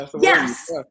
Yes